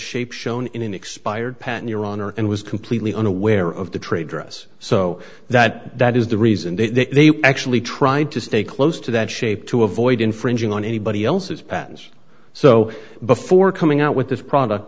shape shown in an expired pattern your honor and was completely unaware of the trade dress so that that is the reason they actually tried to stay close to that shape to avoid infringing on anybody else's patterns so before coming out with this product